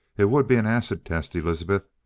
it would be an acid test, elizabeth.